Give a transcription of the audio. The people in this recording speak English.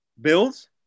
Bills